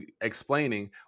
explaining